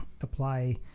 apply